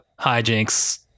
hijinks